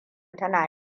tana